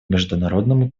международному